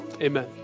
amen